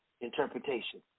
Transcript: interpretation